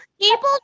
people